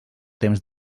temps